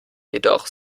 jedoch